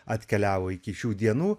atkeliavo iki šių dienų